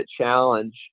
challenge